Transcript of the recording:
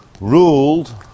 ruled